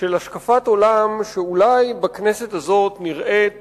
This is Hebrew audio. של השקפת עולם שאולי בכנסת הזאת נראית